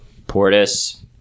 Portis